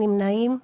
אין נמנעים.